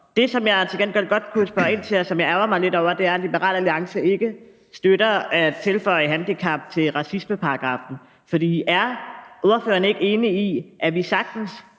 Det, som jeg til gengæld godt vil spørge ind til, og som jeg ærgrer mig lidt over, er, at Liberal Alliance ikke støtter at tilføje handicap til racismeparagraffen, for er ordføreren ikke enig i, at vi sagtens